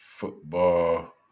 Football